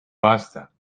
pasta